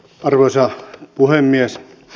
arvoisa puhemies